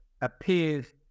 appears